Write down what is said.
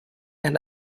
and